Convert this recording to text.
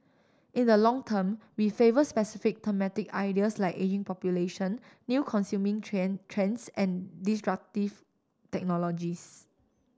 in the long term we favour specific thematic ideas like ageing population new consuming trend trends and disruptive technologies